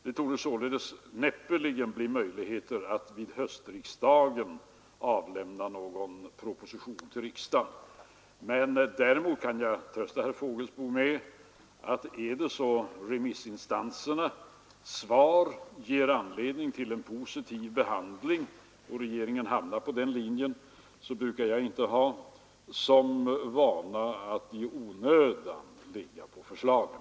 Det torde således näppeligen bli möjligt att under höstsessionen framlägga någon proposition till riksdagen. Däremot kan jag trösta herr Fågelsbo med att är det så att remissinstansernas svar ger anledning till en positiv behandling och regeringen hamnar på den linjen, så brukar jag inte ha för vana att i onödan ligga på förslagen.